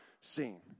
seen